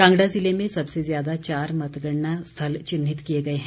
कांगड़ा ज़िले में सबसे ज्यादा चार मतगणना स्थल चिन्हित किए गए हैं